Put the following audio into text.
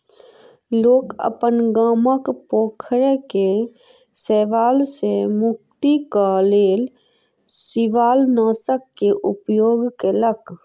लोक अपन गामक पोखैर के शैवाल सॅ मुक्तिक लेल शिवालनाशक के उपयोग केलक